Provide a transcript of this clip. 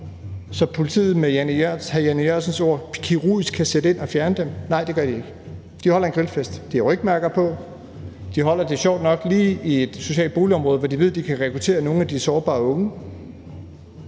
så politiet – med hr. Jan E. Jørgensens ord – kirurgisk kan sætte ind og fjerne dem? Nej, det gør de ikke. De holder en grillfest. De har rygmærker på, og de holder den sjovt nok lige i et socialt boligområde, hvor de ved at de kan rekruttere nogle af de sårbare unge.